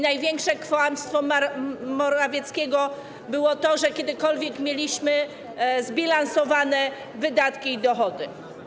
Największym kłamstwem Morawieckiego było to, że kiedykolwiek mieliśmy zbilansowane wydatki i dochody.